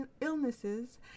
illnesses